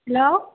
hello